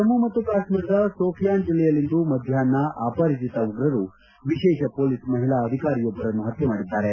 ಜಮ್ನು ಮತ್ತು ಕಾಶ್ಮೀರದ ಸೋಫಿಯಾನ್ ಜಿಲ್ಲೆಯಲ್ಲಿಂದು ಮಧ್ಯಾಷ್ನ ಅಪರಿಚಿತ ಉಗ್ರರು ವಿಶೇಷ ಪೊಲೀಸ್ ಮಹಿಳಾ ಅಧಿಕಾರಿಯೊಬ್ಬರನ್ನು ಹತ್ಯೆ ಮಾಡಿದ್ದಾರೆ